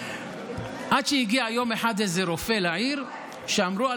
עד שיום אחד הגיע איזה רופא לעיר ואמרו על